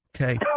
Okay